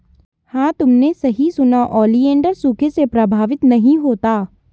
हां तुमने सही सुना, ओलिएंडर सूखे से प्रभावित नहीं होता